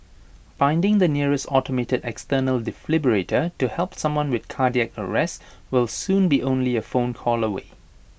finding the nearest automated external defibrillator to help someone with cardiac arrest will soon be only A phone call away